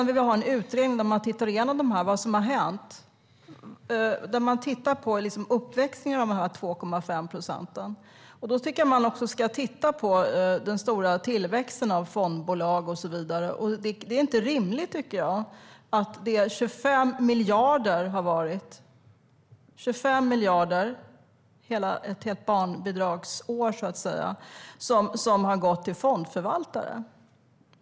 Vi vill också ha en utredning där man tittar igenom vad som har hänt med de 2,5 procenten. Då tycker jag att man också ska titta på den stora tillväxten av fondbolag. Det är inte rimligt, tycker jag, att 25 miljarder - alltså ett helt barnbidragsår - har gått till fondförvaltare.